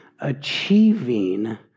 achieving